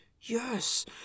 yes